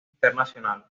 internacional